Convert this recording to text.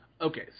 Okay